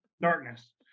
darkness